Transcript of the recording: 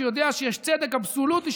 שיודע שיש צדק אבסולוטי,